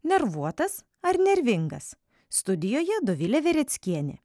nervuotas ar nervingas studijoje dovilė vereckienė